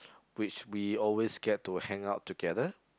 which we always get to hang out together